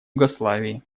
югославии